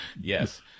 Yes